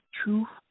truth